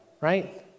right